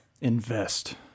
invest